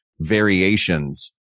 variations